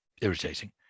irritating